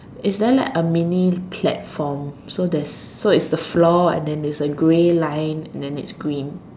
is there like a mini platform so there's so it's the floor and then it's a grey line and then it's green